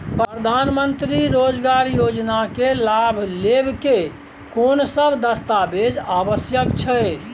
प्रधानमंत्री मंत्री रोजगार योजना के लाभ लेव के कोन सब दस्तावेज आवश्यक छै?